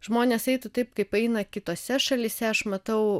žmonės eitų taip kaip eina kitose šalyse aš matau